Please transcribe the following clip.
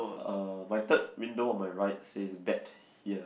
uh my third window on my right says bet here